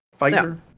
Pfizer